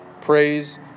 Praise